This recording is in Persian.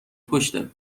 پشته